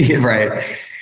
Right